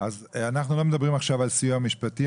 אז אנחנו לא מדברים עכשיו על סיוע משפטי,